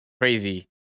Crazy